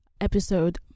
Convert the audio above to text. episode